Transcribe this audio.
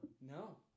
No